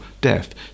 death